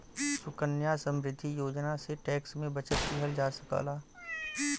सुकन्या समृद्धि योजना से टैक्स में बचत किहल जा सकला